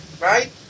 right